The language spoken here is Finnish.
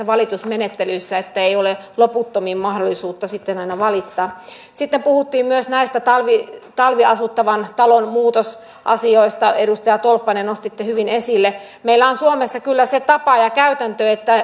valitusmenettelyissä että ei ole loputtomiin mahdollisuutta sitten aina valittaa sitten puhuttiin myös näistä talviasuttavan talviasuttavan talon muutosasioista edustaja tolppanen nostitte hyvin esille meillä on suomessa kyllä se tapa ja käytäntö että